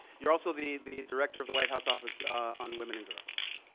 you're also the the director of the white house office on women and girls.